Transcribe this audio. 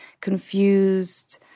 confused